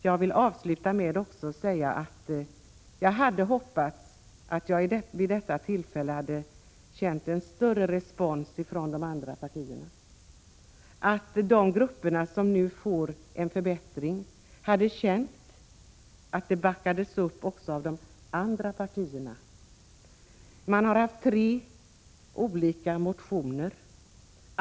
Jag vill avsluta med att säga att jag hade hoppats att jag vid detta tillfälle skulle känna större respons från de andra partierna — att de grupper som nu får en förbättring hade känt att denna förbättring backades upp också av de andra partierna. Man har väckt tre olika motioner.